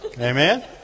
Amen